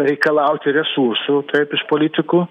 reikalauti resursų taip iš politikų